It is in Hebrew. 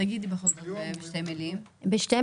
ברשות המים עלתה השאלה לגבי אם צריך לחייב בדמי